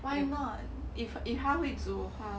why not if 他会煮 hor